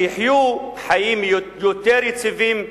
שיחיו חיים יותר יציבים,